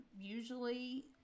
usually